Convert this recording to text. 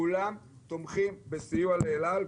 כולם תומכים בסיוע לאל על,